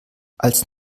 als